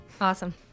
Awesome